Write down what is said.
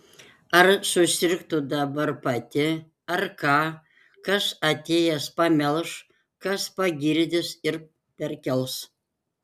ar susirgtų dabar pati ar ką kas atėjęs pamelš kas pagirdys ir perkels